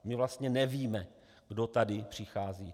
My vlastně nevíme, kdo tady přichází.